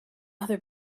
other